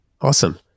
Awesome